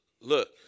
Look